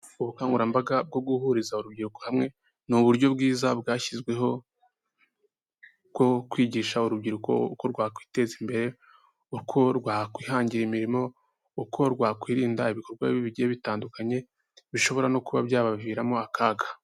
Ubukangurambaga bwo guhuriza urubyiruko hamwe ni uburyo bwiza bwashyizweho bwo kwigisha urubyiruko, uko rwakwiteza imbere, uko rwakwihangira imirimo, uko rwakwirinda ibikorwa bibi bigiye bitandukanye bishobora no kuba byabaviramo akaga.